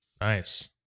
Nice